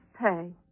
pay